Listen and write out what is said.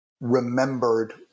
remembered